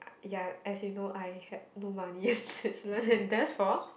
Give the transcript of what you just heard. ya as you know I had no money in Switzerland and therefore